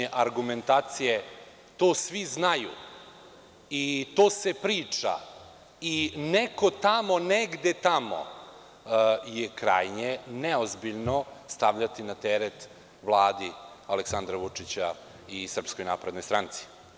argumentacije - to svi znaju i to se priča i neko tamo negde tamo je krajnje neozbiljno stavljati na teret Vladi Aleksandra Vučića i SNS.